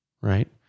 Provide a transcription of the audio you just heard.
right